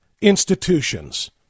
institutions